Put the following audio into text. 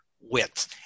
width